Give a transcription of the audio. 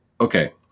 okay